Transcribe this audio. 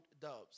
doves